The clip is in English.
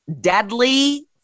deadly